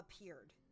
appeared